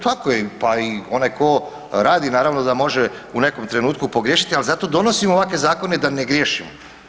Tako je i pa i onaj ko radi naravno da može u nekom trenutku pogriješiti ali zato donosimo ovakve zakone da ne griješimo.